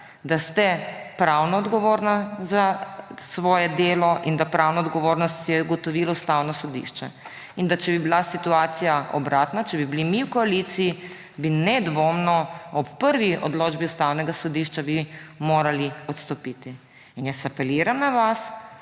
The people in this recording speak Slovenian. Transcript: da ste pravno odgovorni za svoje delo in to pravno odgovornost je ugotovilo Ustavno sodišče. Če bi bila situacija obratna, če bi bili mi v koaliciji, bi nedvoumno ob prvi odločbi Ustavnega sodišča morali odstopiti. Jaz apeliram na vas